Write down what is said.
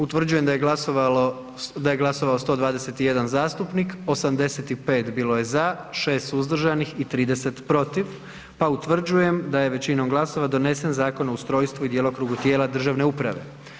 Utvrđujem da je glasovao 121 zastupnik, 85 bilo je za, 6 suzdržanih i 30 protiv pa utvrđujem da je većinom glasova donesen Zakon o ustrojstvu i djelokrugu tijela državne uprave.